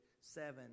seven